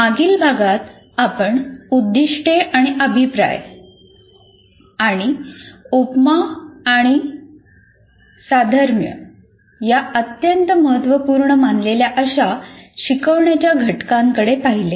मागील भागात आपण 'उद्दीष्टे आणि अभिप्राय' आणि 'उपमा आणि साधर्म्य या अत्यंत महत्त्वपूर्ण मानलेल्या अशा शिकवण्याच्या घटकांकडे पाहिले